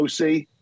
OC